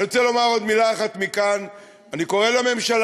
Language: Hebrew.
אני רוצה לומר עוד מילה אחת מכאן: אני קורא לממשלה,